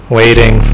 waiting